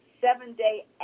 seven-day